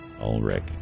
Ulrich